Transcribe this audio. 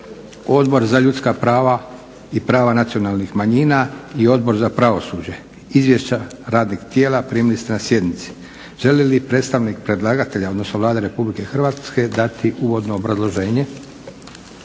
Odbor za ljudska prava i prava nacionalnih manjina i Odbor za pravosuđe. Izvješća radnih tijela primili na sjednici. Želi li predstavnik predlagatelja odnosno Vlada Republike Hrvatske dati uvodno obrazloženje?